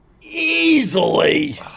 easily